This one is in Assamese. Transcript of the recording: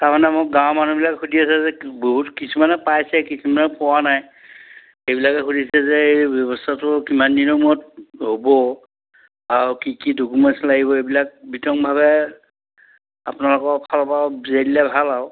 তাৰমানে মোক গাঁৱৰ মানুহবিলাক সুধি আছে যে বহুত কিছুমানে পাইছে কিছুমানে পোৱা নাই সেইবিলাকে সুধিছে যে এই ব্যৱস্থাটো কিমান দিনৰ মূৰত হ'ব আৰু কি কি ডকুমেণ্টছ লাগিব এইবিলাক বিতংভাৱে আপোনালোকৰ ফালৰ পৰা বুজাই দিলে ভাল আৰু